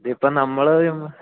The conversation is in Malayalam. ഇതിപ്പോള് നമ്മള് ചുമ്മാ